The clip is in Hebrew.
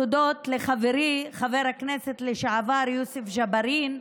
תודות לחברי חבר הכנסת לשעבר יוסף ג'בארין,